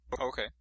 Okay